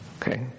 Okay